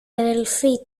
αδελφή